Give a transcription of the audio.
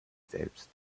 selbst